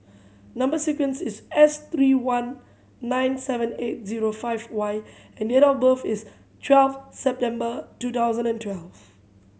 number sequence is S three one nine seven eight zero five Y and date of birth is twelve September two thousand and twelve